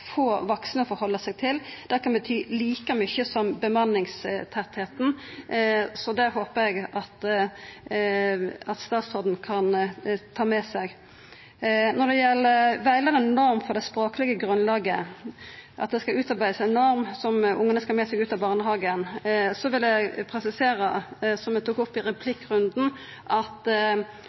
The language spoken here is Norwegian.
få vaksne å innretta seg etter, kan bety like mykje som bemanningstettleiken. Det håpar eg at statsråden kan ta med seg. Når det gjeld ei rettleiande norm for det språklege grunnlaget – at det skal utarbeidast ei norm for kva ungane skal ha med seg frå barnehagen – vil eg, som eg tok opp i replikkrunden,